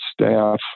staff